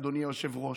אדוני היושב-ראש.